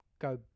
go